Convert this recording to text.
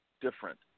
different